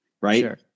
right